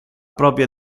propria